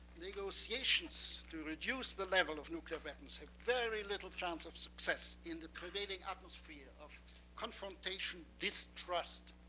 negotiations to reduce the level of nuclear weapons have very little chance of success in the prevailing atmosphere of confrontation, distrust,